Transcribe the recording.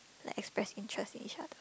like express interest in each other